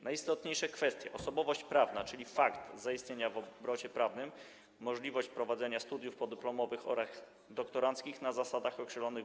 Najistotniejsze kwestie: osobowość prawna, czyli fakt zaistnienia w obrocie prawnym, możliwość prowadzenia studiów podyplomowych oraz doktoranckich na zasadach określonych w